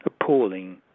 appalling